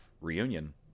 Reunion